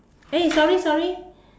eh sorry sorry